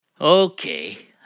Okay